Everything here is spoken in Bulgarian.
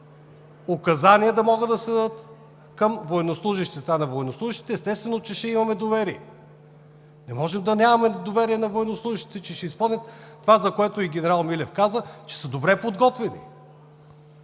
указания и да могат да се дадат към военнослужещите. А на военнослужещите, естествено, че ще имаме доверие. Не можем да нямаме доверие на военнослужещите, че ще изпълнят – това, което и генерал Милев каза, че са добре подготвени.